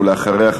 ואחריה,